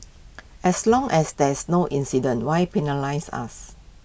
as long as there's no incident why penalise us